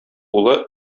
улы